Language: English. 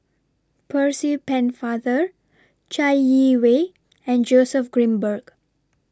Percy Pennefather Chai Yee Wei and Joseph Grimberg